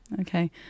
Okay